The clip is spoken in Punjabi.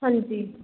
ਹਾਂਜੀ